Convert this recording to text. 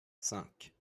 cinq